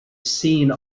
seen